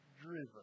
driven